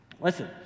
listen